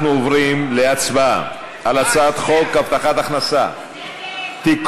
אנחנו עוברים להצבעה על הצעת חוק הבטחת הכנסה (תיקון,